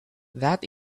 that